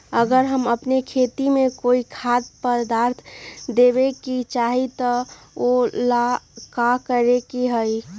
अगर हम अपना खेती में कोइ खाद्य पदार्थ देबे के चाही त वो ला का करे के होई?